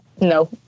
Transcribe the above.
No